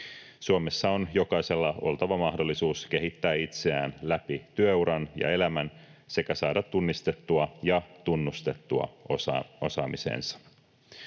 Suomessa on jokaisella oltava mahdollisuus kehittää itseään läpi työuran ja elämän sekä saada tunnistettua ja tunnustettua osaamisensa.